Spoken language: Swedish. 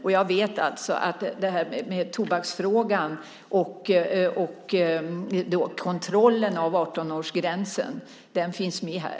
Och jag vet alltså att tobaksfrågan och kontrollen av 18-årsgränsen finns med här.